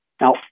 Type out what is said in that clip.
Now